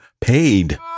paid